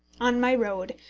on my road,